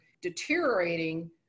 deteriorating